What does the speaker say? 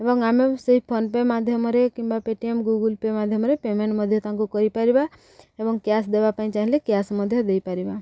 ଏବଂ ଆମେ ସେଇ ଫୋନ୍ପେ' ମାଧ୍ୟମରେ କିମ୍ବା ପେଟିଏମ୍ ଗୁଗୁଲ୍ ପେ' ମାଧ୍ୟମରେ ପେମେଣ୍ଟ ମଧ୍ୟ ତାଙ୍କୁ କରିପାରିବା ଏବଂ କ୍ୟାସ୍ ଦେବା ପାଇଁ ଚାହିଁଲେ କ୍ୟାସ୍ ମଧ୍ୟ ଦେଇପାରିବା